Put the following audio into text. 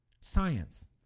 Science